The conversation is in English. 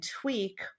tweak